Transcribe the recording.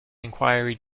enquiry